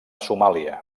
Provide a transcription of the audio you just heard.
somàlia